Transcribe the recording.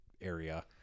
area